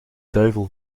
duivel